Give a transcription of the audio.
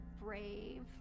brave